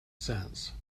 sense